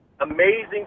Amazing